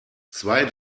zwei